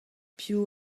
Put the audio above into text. piv